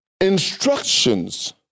instructions